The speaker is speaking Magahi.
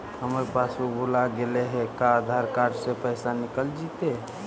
हमर पासबुक भुला गेले हे का आधार कार्ड से पैसा निकल जितै?